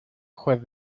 juez